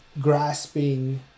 grasping